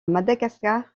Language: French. madagascar